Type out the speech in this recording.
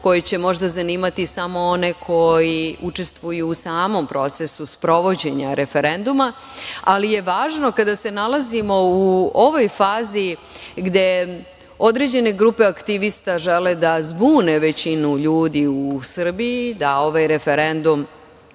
koje će možda zanimati samo one koji učestvuju u samom procesu sprovođenja referenduma, ali je važno kada se nalazimo u ovoj fazi, gde određene grupe aktivista žele da zbune većinu ljudi u Srbiji, da ovaj referendum